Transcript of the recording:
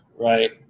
Right